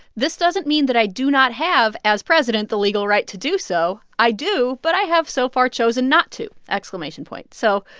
this doesn't mean that i do not have, as president, the legal right to do so i do, but i have so far chosen not to exclamation point. so,